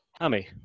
Hammy